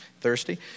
Thirsty